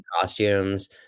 costumes